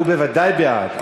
הוא בוודאי בעד,